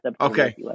Okay